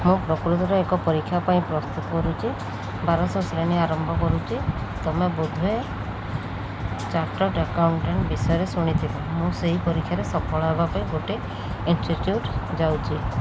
ମୁଁ ପ୍ରକୃତରେ ଏକ ପରୀକ୍ଷା ପାଇଁ ପ୍ରସ୍ତୁତି କରୁଛି ବାରଶହ ଶ୍ରେଣୀ ଆରମ୍ଭ କରୁଛି ତୁମେ ବୋଧ ହୁଏ ଚାଟାର୍ଡ଼ ଆକାଉଣ୍ଟାଣ୍ଟ ବିଷୟରେ ଶୁଣିଥିବ ମୁଁ ସେହି ପରୀକ୍ଷାରେ ସଫଳ ହେବା ପାଇଁ ଗୋଟେ ଇନ୍ଷ୍ଟିଚ୍ୟୁଟ୍ ଯାଉଛି